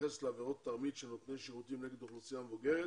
בהתייחס לעבירות תרמית של נותני שירותים נגד האוכלוסייה המבוגרת